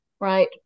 right